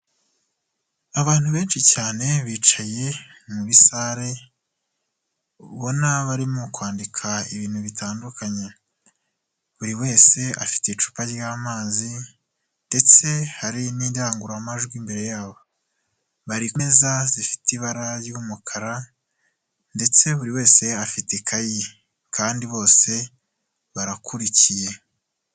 Abantu benshi cyane bicaye musare, ubona barimo kwandika ibintu bitandukanye, buri wese afite icupa ry'amazi ndetse hari n'indangururamajwi imbere yabo, bari ku meza zifite ibara ry'umukara ndetse buri wese afite ikayi, kandi bose barakurikiye.